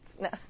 no